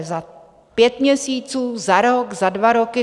Za pět měsíců, za rok, za dva roky?